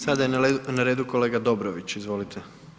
Sada je na redu kolega Dobrović, izvolite.